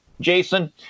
Jason